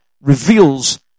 reveals